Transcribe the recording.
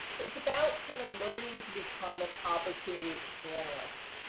it's about kind of learning to become an opportunity analyst.